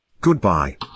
Goodbye